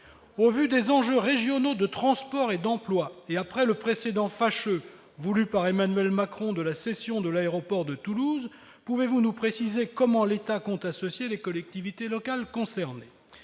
Au vu des enjeux régionaux de transports et d'emploi, et après le précédent fâcheux, voulu par Emmanuel Macron, de la cession de l'aéroport de Toulouse, comment l'État compte-t-il associer les collectivités locales concernées ?